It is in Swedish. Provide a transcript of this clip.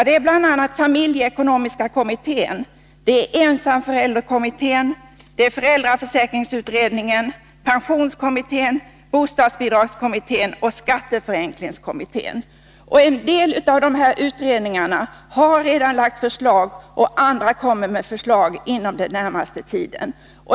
Det är bl.a. familjeekonomiska kommittén, ensamförälderkommittén, föräldraförsäkringsutredningen, pensionskommittén, bostadsbidragskommittén och skatteförenklingskommittén. En del av dessa utredningar har redan lagt fram förslag, och andra kommer med förslag inom den närmaste tiden.